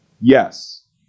yes